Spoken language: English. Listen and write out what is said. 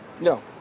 No